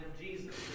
Jesus